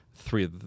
three